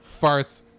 farts